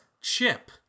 Chip